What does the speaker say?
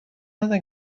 نزن